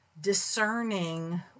discerning